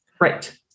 Right